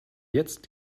jetzt